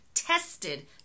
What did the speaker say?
Tested